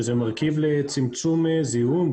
שזה מרכיב לצמצום זיהום,